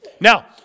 Now